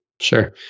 Sure